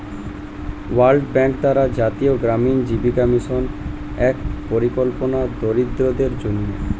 world bank দ্বারা জাতীয় গ্রামীণ জীবিকা মিশন এক পরিকল্পনা দরিদ্রদের জন্যে